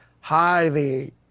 highly